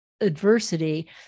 adversity